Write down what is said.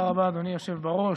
תודה רבה, אדוני היושב בראש.